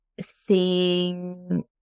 seeing